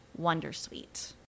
Wondersuite